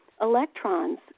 electrons